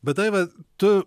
bet daiva tu